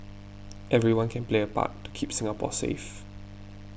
everyone can play a part to keep Singapore safe